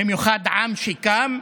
במיוחד עם שקם.